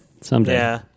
someday